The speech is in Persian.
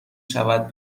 شود